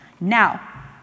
Now